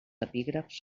epígrafs